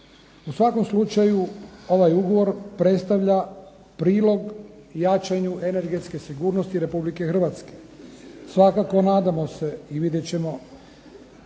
U svakom slučaju ovaj ugovor predstavlja prilog jačanju energetske sigurnosti Republike Hrvatske. Svakako nadamo se i vidjet ćemo